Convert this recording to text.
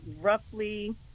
roughly